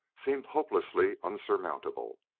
seemed hopelessly unsurmountable.